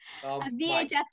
vhs